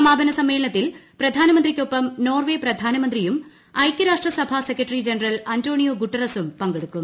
സമാപന സമ്മേളനത്തിൽ പ്രധാനമന്ത്രിക്കൊപ്പം നോർവെ പ്രധാനമന്ത്രിയും ഐക്യരാഷ്ട്ര സഭ സെക്രട്ടറി ജനറൽ അന്റോണിയോ ഗുട്ടറസും പങ്കെടുക്കും